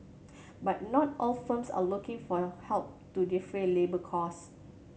but not all firms are looking for your help to defray labour cost